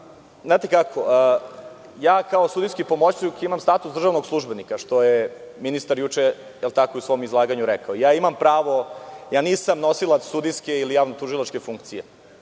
zaista. Kao sudijski pomoćnik imam status državnog službenika, što je ministar juče u svom izlaganju i rekao. Imam pravo. Nisam nosilac sudijske ili javnotužilačke funkcije